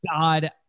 God